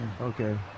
Okay